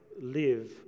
live